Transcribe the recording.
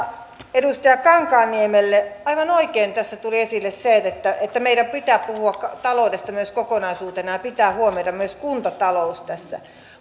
edustaja kankaanniemelle aivan oikein tässä tuli esille se että että meidän pitää puhua taloudesta myös kokonaisuutena ja pitää huomioida myös kuntatalous tässä